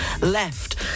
left